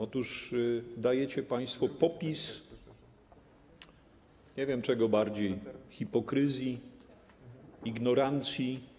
Otóż dajecie państwo popis, nie wiem, czego bardziej, hipokryzji, ignorancji.